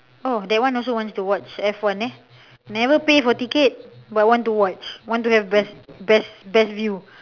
oh that one also want to watch F one eh never pay for ticket but want to watch want to have best best best view